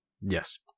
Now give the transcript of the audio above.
Yes